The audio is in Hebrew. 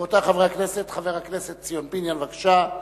חבר הכנסת ציון פיניאן, בבקשה.